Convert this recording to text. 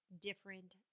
different